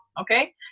okay